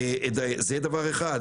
זה דבר אחד.